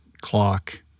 clock